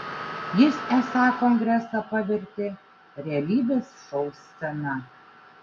jis esą kongresą pavertė realybės šou scena